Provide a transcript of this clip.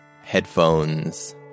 headphones